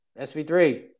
SV3